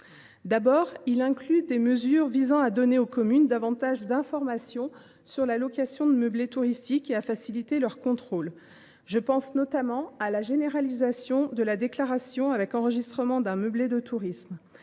d’abord, il a pour objet de donner aux maires davantage d’informations sur la location meublée touristique et de faciliter leurs contrôles. Je pense notamment à la généralisation de la déclaration avec enregistrement d’un meublé de tourisme.